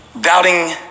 Doubting